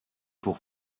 pour